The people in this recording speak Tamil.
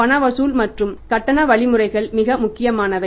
பண வசூல் மற்றும் கட்டண வழிமுறைகள் மிக முக்கியமானவை